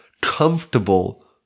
comfortable